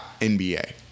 NBA